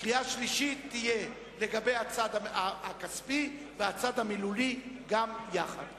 קריאה שלישית תהיה לגבי הצד הכספי והצד המילולי גם יחד.